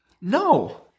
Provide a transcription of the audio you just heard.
No